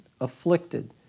afflicted